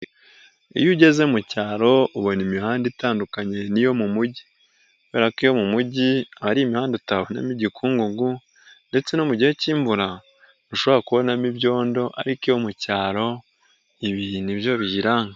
Iyo ugeze mu cyaro; ubona imihanda itandukanye n'iyo mu mujyi; kubera ko iyo mu mujyi; hari imihanda utabonamo igikungugu ndetse no mu gihe cy'imvura ushobora kubonamo ibyondo ariko iyo mu cyaro ibi ni byo biyiranga.